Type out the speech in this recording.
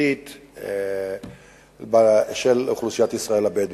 והחברתית של אוכלוסיית ישראל הבדואית.